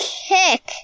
kick